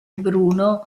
bruno